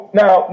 now